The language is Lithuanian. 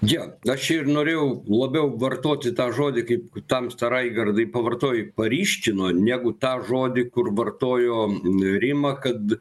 jo aš ir norėjau labiau vartoti tą žodį kaip tamsta raigardai pavartojai paryškino negu tą žodį kur vartojo rima kad